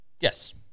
Yes